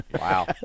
Wow